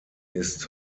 ist